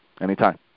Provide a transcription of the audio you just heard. Anytime